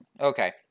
Okay